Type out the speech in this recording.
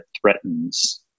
threatens